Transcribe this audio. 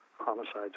homicides